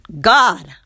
God